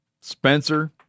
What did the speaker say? Spencer